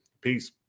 Peace